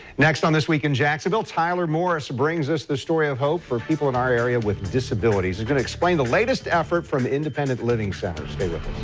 next on this week in jacksonville, tyler morris brings us the story of hope for people in our area with disabilities and explain the latest effort from independent living centers. stay with